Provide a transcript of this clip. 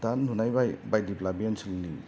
दा नुनाय बाय बायदिब्ला बे ओनसोलनि